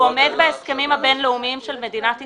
הוא עומד בהסכמים הבין-לאומיים של מדינת ישראל.